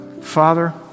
father